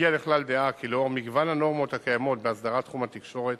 הגיע לכלל דעה כי לאור מגוון הנורמות הקיימות בהסדרת תחום התקשורת